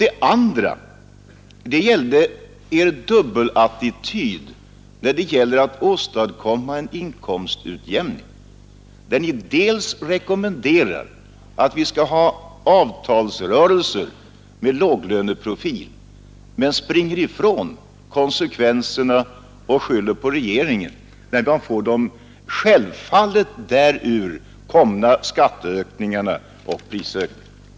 Den andra avsåg er dubbelattityd när det gäller att åstadkomma en inkomstutjämning, där ni dels rekommenderar en avtalsrörelse med låglöneprofil, dels springer ifrån konsekvenserna och skyller på regeringen, när det blir de självfallet därav följande skattehöjningarna och prisökningarna.